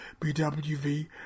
BWV